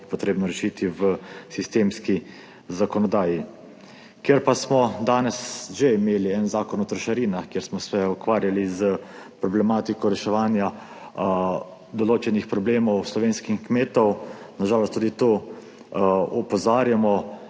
to potrebno rešiti v sistemski zakonodaji. Ker pa smo danes že imeli en Zakon o trošarinah, kjer smo se ukvarjali s problematiko reševanja določenih problemov slovenskih kmetov, na žalost tudi tu opozarjamo,